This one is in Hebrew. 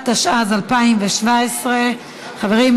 התשע"ז 2017. חברים,